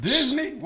Disney